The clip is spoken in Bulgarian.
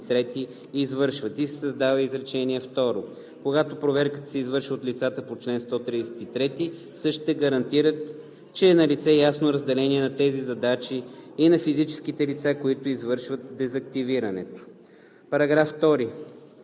извършват“ и се създава изречение второ: „Когато проверката се извършва от лицата по чл. 133, същите гарантират, че е налице ясно разделение на тези задачи и на физическите лица, които извършват дезактивирането.“ По § 2